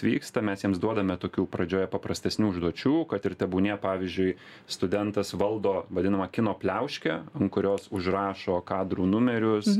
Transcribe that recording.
vyksta mes jiems duodame tokių pradžioje paprastesnių užduočių kad ir tebūnie pavyzdžiui studentas valdo vadinamą kino pliauškę kurios užrašo kadrų numerius